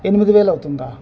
ఎనిమిది వేలు అవుతుందా